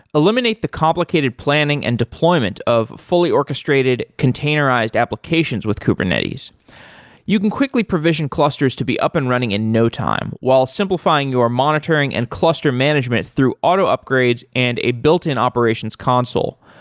eliminate the complicated planning and deployment of fully orchestrated containerized applications with kubernetes you can quickly provision clusters to be up and running in no time, while simplifying your monitoring and cluster management through auto upgrades and a built-in operations console.